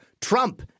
Trump